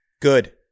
Good